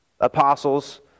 apostles